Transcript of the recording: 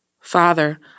Father